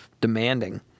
demanding